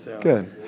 Good